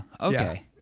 Okay